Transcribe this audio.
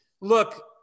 look